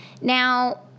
Now